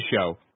show